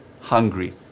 hungry